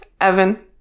Evan